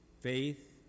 Faith